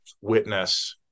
witness